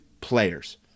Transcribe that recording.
players